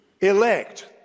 elect